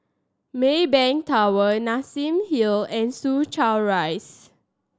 Maybank Tower Nassim Hill and Soo Chow Rise